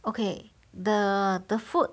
okay the the food